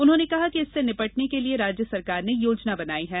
उन्होंने कहा कि इससे निपटने के लिये राज्य सरकार ने योजना बनाई है